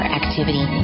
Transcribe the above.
activity